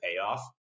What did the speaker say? payoff